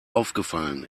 aufgefallen